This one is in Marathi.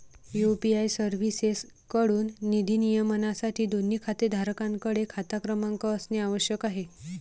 यू.पी.आय सर्व्हिसेसएकडून निधी नियमनासाठी, दोन्ही खातेधारकांकडे खाता क्रमांक असणे आवश्यक आहे